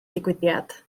digwyddiad